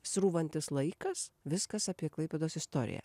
srūvantis laikas viskas apie klaipėdos istoriją